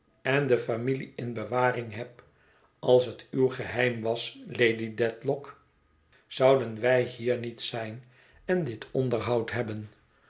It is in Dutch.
en de familie in bewaring heb als het uw geheim was lady dedlock zouden wij niet hier zijn en dit onderhoud hebben